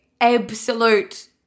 absolute